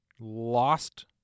lost